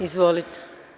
Izvolite.